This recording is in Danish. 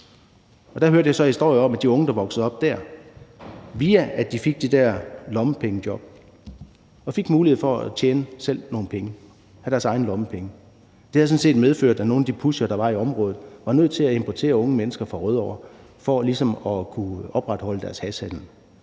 der hørte jeg historier om, at det, at de unge, der voksede op der, fik de der lommepengejob og fik mulighed for selv at tjene nogle penge og have deres egne lommepenge, sådan set havde medført, at nogle af de pushere, der var i området, var nødt til at importere unge mennesker fra Rødovre for ligesom at kunne opretholde deres hashhandel.